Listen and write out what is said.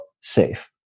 safe